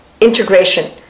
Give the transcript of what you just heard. integration